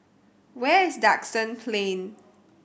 where is Duxton Plain